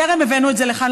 טרם הבאנו את זה לכאן,